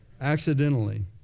Accidentally